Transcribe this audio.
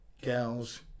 gals